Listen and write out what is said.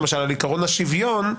למשל על עקרון השוויון,